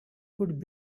could